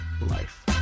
life